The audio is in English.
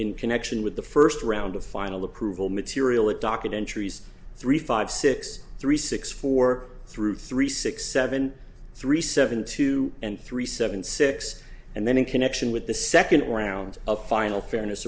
in connection with the first round of final approval material that docket entries three five six three six four through three six seven three seven two and three seven six and then in connection with the second or around a final fairness